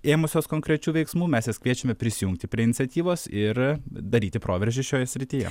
ėmusios konkrečių veiksmų mes kviečiame prisijungti prie iniciatyvos ir daryti proveržį šioje srityje